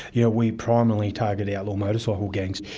you know, we primarily targeted outlaw motorcycle gangs.